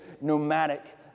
nomadic